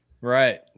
Right